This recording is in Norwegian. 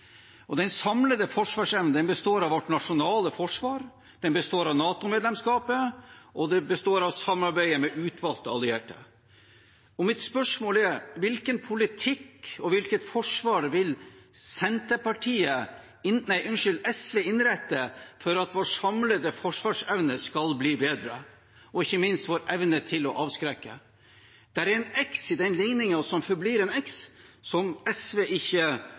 Den samlede forsvarsevne består av vårt nasjonale forsvar, den består av NATO-medlemskapet, og den består av samarbeidet med utvalgte allierte. Mitt spørsmål er: Hvilken politikk og hvilket forsvar vil SV innrette for at vår samlede forsvarsevne skal bli bedre – og ikke minst vår evne til å avskrekke? Det er en X i den ligningen som forblir en X, og som SV ikke